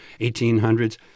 1800s